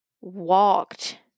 walked